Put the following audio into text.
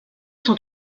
sont